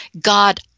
God